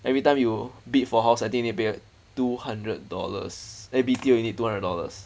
everytime you bid for a house I think you need to pay two hundred dollars eh B_T_O you need two hundred dollars